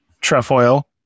Trefoil